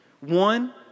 One